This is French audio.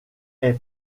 est